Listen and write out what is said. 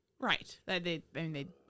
Right